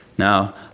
Now